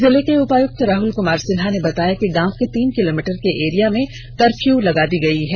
जिले के उपायुक्त राहल कुमार सिन्हा ने बताया कि गाँव के तीन किलोमीटर के एरिया में कर्फ्यू लगा दी गयी है